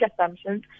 assumptions